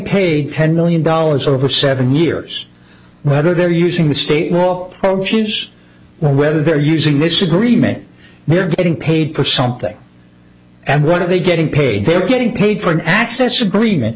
paid ten million dollars over seven years whether they're using the state law home choose whether they're using this agreement they're getting paid for something and what are they getting paid they're getting paid for an access agreement